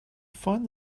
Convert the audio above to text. find